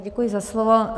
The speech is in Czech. Děkuji za slovo.